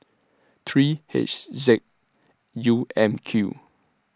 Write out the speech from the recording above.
three H Z U M Q